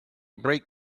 break